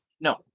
No